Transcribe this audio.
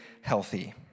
healthy